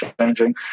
changing